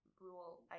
rule